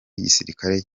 y’igisirikare